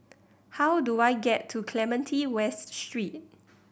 how do I get to Clementi West Street